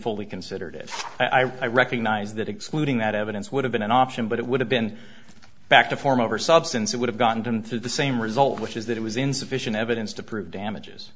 fully considered it i recognise that excluding that evidence would have been an option but it would have been back to form over substance it would have gotten them through the same result which is that it was insufficient evidence to prove damages